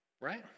Right